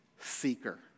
seeker